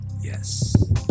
Yes